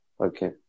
Okay